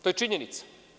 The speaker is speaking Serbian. To je činjenica.